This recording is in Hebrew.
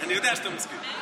אני יודע שאתה מסכים.